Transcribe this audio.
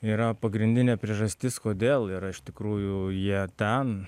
yra pagrindinė priežastis kodėl yra iš tikrųjų jie ten